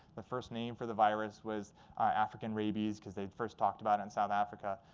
the first name for the virus was african rabies, because they first talked about in south africa.